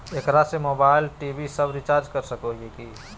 एकरा से mobile TV सब रिचार्ज कर सको हियै की?